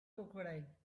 crocodile